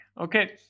Okay